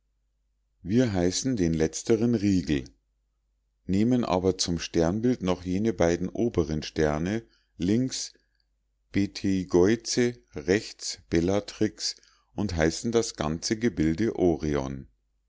wir heißen den letzteren rigel nehmen aber zum sternbild noch jene beiden oberen sterne links beteigeuze rechts bellatrix und heißen das ganze gebilde orion